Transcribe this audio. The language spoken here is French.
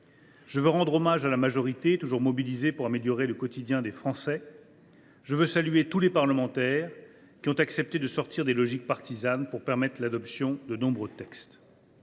Je veux rendre hommage à la majorité, toujours mobilisée pour améliorer le quotidien des Français. « Je veux saluer tous les parlementaires qui ont accepté de sortir des logiques partisanes pour permettre l’adoption de nombreux textes.